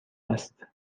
است